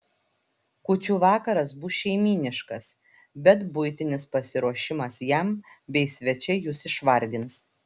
kūčių vakaras bus šeimyniškas bet buitinis pasiruošimas jam bei svečiai jus išvargins